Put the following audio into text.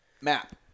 MAP